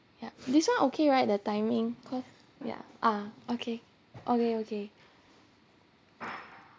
ya this one okay right the timing cause ya ah okay okay okay